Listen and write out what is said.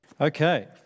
Okay